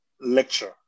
lecture